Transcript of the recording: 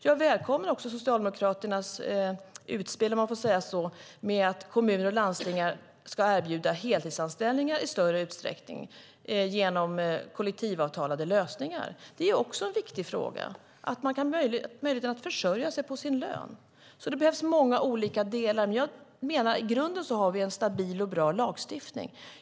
Jag välkomnar också Socialdemokraternas utspel, om jag får säga så, att kommuner och landsting ska erbjuda heltidsanställningar i större utsträckning genom kollektivavtalade lösningar. Det är också en viktig fråga att man har möjlighet att försörja sig på sin lön. Det behövs alltså många olika delar. Men jag menar att vi i grunden har en stabil och bra lagstiftning.